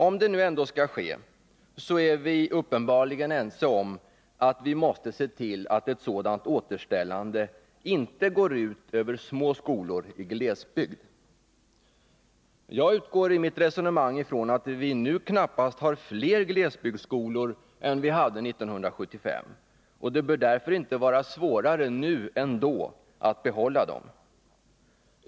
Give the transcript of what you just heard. Om det nu ändå skall ske, är vi uppenbarligen ense om att vi måste se till att ett sådant återställande inte går ut över små skolor i glesbygd. Jag utgår ifrån att vi nu knappast har fler glesbygdsskolor än vi hade 1975, och det bör därför inte vara svårare nu än då att behålla dem.